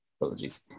Apologies